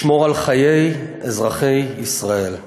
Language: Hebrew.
לשמור על חיי אזרחי ישראל.